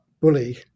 bully